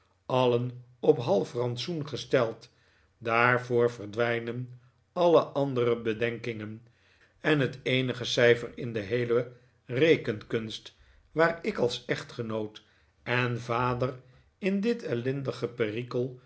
alien op half rantsoen gesteld daarvoor verdwijnen alle andere bedenkingen en het eenige ciifer in de heele rekenkunst waar ik als echtgenoot en vader in dit ellendige perikel